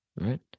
right